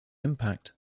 impact